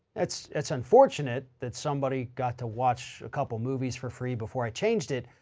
it's it's unfortunate that somebody's got to watch a couple movies for free before i changed it.